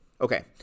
Okay